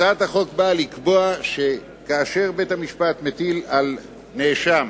הצעת החוק נועדה לקבוע שכאשר בית-המשפט מטיל על נאשם